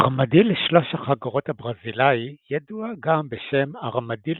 ארמדיל שלוש-החגורות הברזילאי, ידוע גם בשם ארמדיל